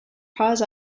paws